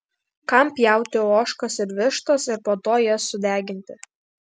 kam pjauti ožkas ir vištas ir po to jas sudeginti